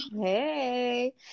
hey